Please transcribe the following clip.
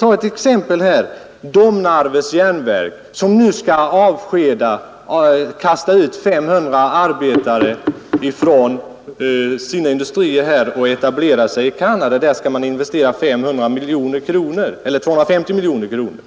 Låt mig som exempel ta Domnarvets Jernverk, som nu skall kasta ut 500 arbetare från sina industrier här och etablera sig i Canada. Där skall man investera 250 miljoner kronor.